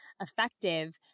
effective